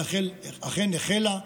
והיא אכן החלה.